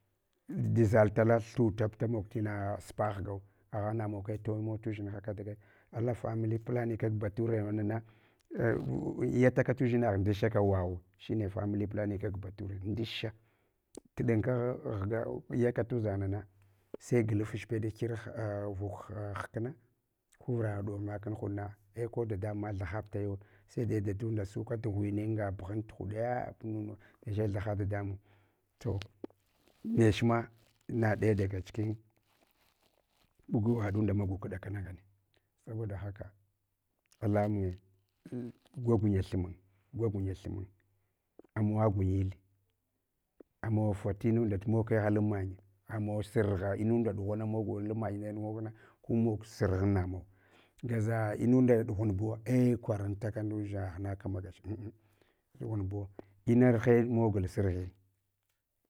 Di zaltala thutab damog tina supa ghgau namawa kaga toyi mawa tudʒina kada kada ala family planning, kak batune nana, a yataka tudʒinagh ndishaka waw shine family planning kag bature ndusha tidinka ghga yaka tudʒangnana, sai glafa ch pede kirh a vule hkena. Ku vura ɗom makun huɗng ei ko dadamunma thahab tayowo. Sai de dadunda suka tghuene anga bughant hede, a nunu neche thatha dadamun. To nech ma ina daya dagachikin bugwa ɗunda magog dakangune saboda haka, ala munje, gwagunya tumniye amawa gunyite, amawa fa tinunda tu kegh alan manye, amawa surgha indu dughan mog alan manye nuwawan kumog surhan namawa. Gaʒa inunda ɗughanbuwa ei kwarantaka ndʒangaghna kamagach uh uh dughanbuwo, inarha mogul serghin.